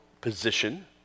position